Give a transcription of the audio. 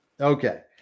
Okay